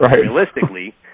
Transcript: realistically